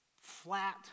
flat